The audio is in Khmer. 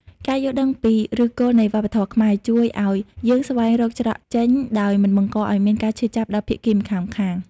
ការយល់ដឹងពីឫសគល់នៃវប្បធម៌ខ្មែរ ជួយឱ្យយើងស្វែងរកច្រកចេញដោយមិនបង្កឱ្យមានការឈឺចាប់ដល់ភាគីម្ខាងៗ។